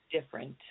different